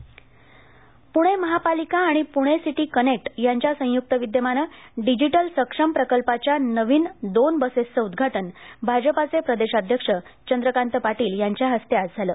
प्णे महापालिका आणि Pune city connect यांच्या संयुक्त विद्यमाने डिजिटल सक्षम प्रकल्पाच्या नवीन दोन बसेसचे उद्घाटन भाजपाचे प्रदेशाध्यक्ष आमदार चंद्रकांत पाटील यांच्या हस्ते आज झालं